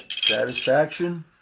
Satisfaction